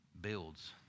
builds